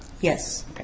Yes